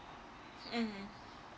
mmhmm